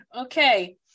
Okay